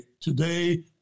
Today